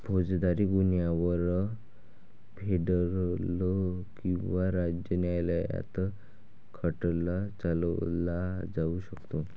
फौजदारी गुन्ह्यांवर फेडरल किंवा राज्य न्यायालयात खटला चालवला जाऊ शकतो